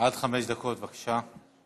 עד חמש דקות, בבקשה.